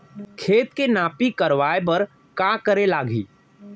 खेत के नापी करवाये बर का करे लागही?